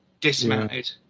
dismounted